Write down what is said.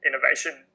innovation